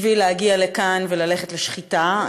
בשביל להגיע לכאן וללכת לשחיטה,